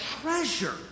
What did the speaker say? treasure